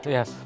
Yes